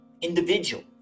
individual